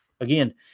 again